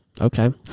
Okay